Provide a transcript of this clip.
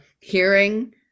hearing